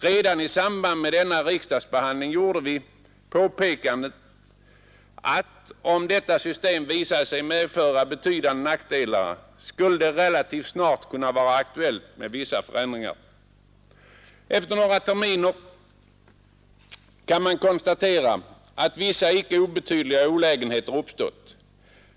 Redan i samband med den riksdagsbehandlingen gjorde vi påpekanden, att om detta system skulle visa sig komma att medföra betydande nackdelar, skulle det relativt snart kunna bli aktuellt med vissa förändringar. Efter några terminer kan man konstatera att vissa icke obetydliga olägenheter uppstått.